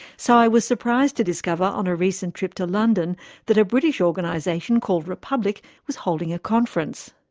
so i was surprised to discover on a recent trip to london that a british organisation called republic was holding a conference.